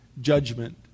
judgment